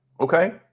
Okay